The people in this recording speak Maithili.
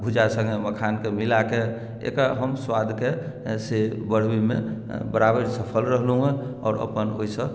भुजा सङ्गे मखानकेँ मिलाके एकर हम स्वादके से बढ़बैमे बराबर सफल रहलहुँए आओर अपन ओहिसँ